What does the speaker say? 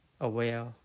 aware